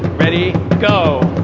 ready go.